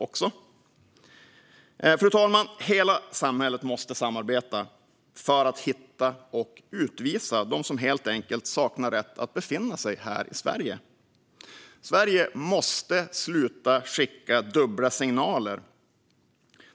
Fru talman! Hela samhället måste samarbeta för att hitta och utvisa dem som helt enkelt saknar rätt att befinna sig här i Sverige. Sverige måste sluta skicka dubbla signaler.